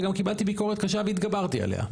וגם קיבלתי ביקורת קשה והתגברתי עליה,